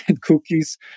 cookies